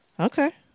Okay